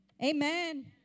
amen